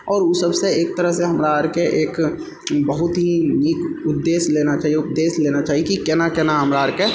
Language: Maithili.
आओर ओ सबसँ एक तरहसँ हमरा आओरके एक बहुत ही नीक उद्देश्य लेना चाही उपदेश लेना चाही कि कोना कोना हमरा आओरके